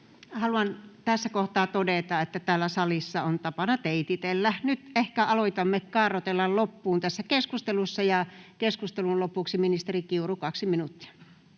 Haluan tässä kohtaa todeta, että täällä salissa on tapana teititellä. — Nyt ehkä alamme kaarrotella loppuun tässä keskustelussa, ja keskustelun lopuksi ministeri Kiuru, 2 minuuttia.